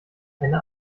eine